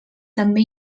també